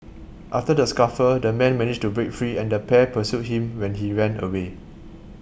after the scuffle the man managed to break free and the pair pursued him when he ran away